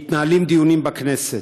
מתנהלים דיונים בכנסת,